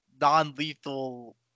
non-lethal